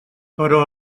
però